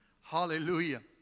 Hallelujah